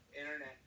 internet